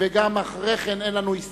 וגם אחרי כן אין לנו עוד